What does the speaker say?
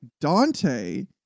Dante